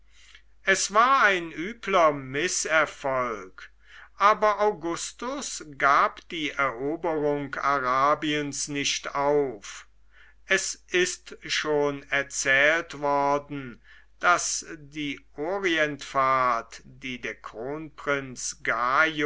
es war ein übler mißerfolg aber augustus gab die eroberung arabiens nicht auf es ist schon erzählt worden daß die orientfahrt die der kronprinz